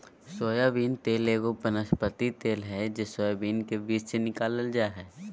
soybean तेल एगो वनस्पति तेल हइ जे सोयाबीन के बीज से निकालल जा हइ